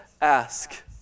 ask